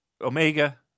Omega